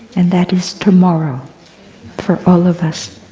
and that is tomorrow for all of us.